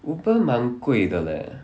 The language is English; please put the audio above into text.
Uber 蛮贵的 leh